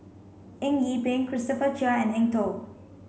Eng Yee Peng Christopher Chia and Eng Tow